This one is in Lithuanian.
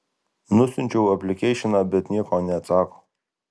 nusiunčiau aplikeišiną bet nieko neatsako